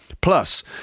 Plus